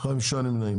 5 נמנעים.